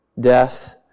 Death